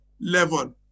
level